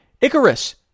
Icarus